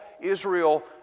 Israel